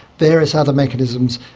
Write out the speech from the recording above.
various other mechanisms,